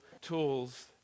tools